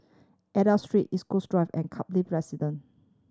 Aida Street East Coast Drive and Kaplan Residence